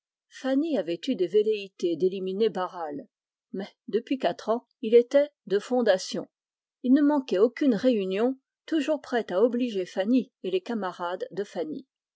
avait eu des velléités d'éliminer barral mais depuis quatre ans il ne manquait aucune réunion toujours prêt à obliger fanny et les camarades de fanny